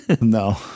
no